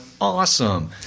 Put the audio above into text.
awesome